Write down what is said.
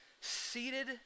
seated